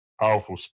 powerful